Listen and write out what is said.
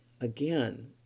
Again